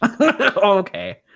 Okay